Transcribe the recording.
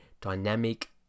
dynamic